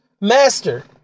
master